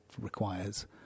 requires